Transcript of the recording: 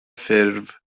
ffurf